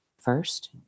first